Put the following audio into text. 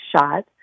shot